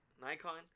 Nikon